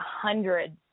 hundreds